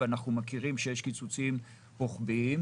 ואנחנו מכירים שיש קיצוצים רוחביים.